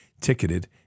ticketed